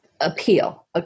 appeal